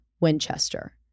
Winchester